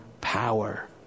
power